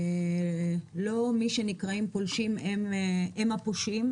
לא מי שנקראים פולשים הם הפושעים,